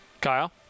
Kyle